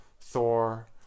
Thor